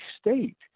state